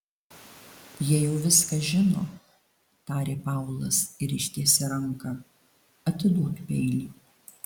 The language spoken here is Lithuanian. jie jau viską žino tarė paulas ir ištiesė ranką atiduok peilį